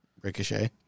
Ricochet